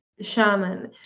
Shaman